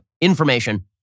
information